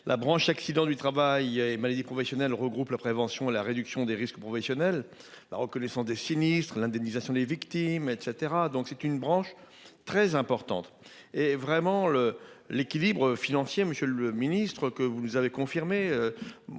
La branche accidents du travail et maladies professionnelles regroupe la prévention à la réduction des risques professionnels, la reconnaissance des sinistres, l'indemnisation des victimes, etc. Elle est donc très importante. L'impératif d'équilibre financier, que vous nous avez confirmé,